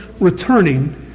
returning